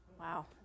Wow